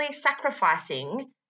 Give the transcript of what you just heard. sacrificing